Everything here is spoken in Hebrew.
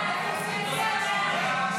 כהצעת הוועדה,